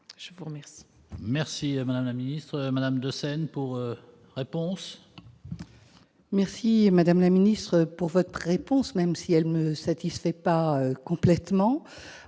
Je vous remercie,